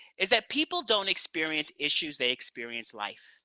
is that people don't experience issues, they experience life.